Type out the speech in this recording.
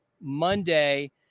Monday